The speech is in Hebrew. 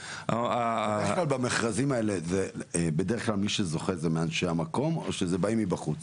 בדרך כלל במכרזים האלה מי שזוכה זה מאנשים המקום או שבאים מבחוץ?